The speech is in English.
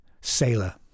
sailor